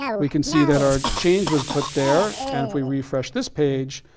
we can see that our change was put there. and if we refresh this page,